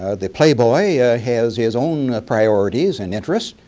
ah the playboy has his own priorities and interests.